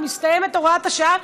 מסתיימת הוראת השעה,